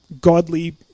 godly